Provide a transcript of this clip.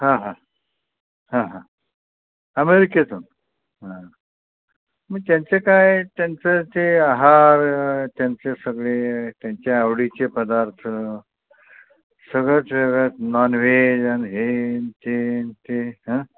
हां हां हां हां अमेरिकेतून मग त्यांचं काय त्यांचं ते आहार त्यांचे सगळे त्यांच्या आवडीचे पदार्थ सगळंच वेगळंच नॉनव्हेज आणि हे आणि ते आणि ते